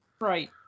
right